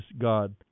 God